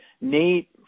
Nate